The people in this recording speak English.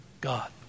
God